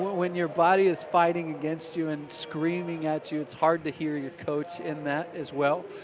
when you're body is fighting against you and screaming at you, it's hard to hear your coach in that as well,